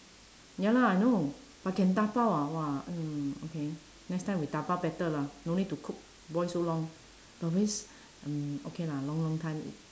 ya lah I know but can dabao ah !wah! mm okay next time we dabao better lah no need to cook boil so long but waste mm okay lah long long time